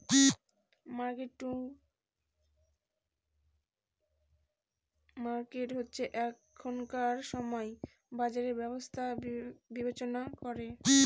market to market হচ্ছে এখনকার সময় বাজারের ব্যবস্থা বিবেচনা করা